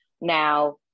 Now